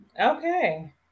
Okay